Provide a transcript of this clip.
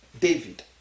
David